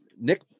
Nick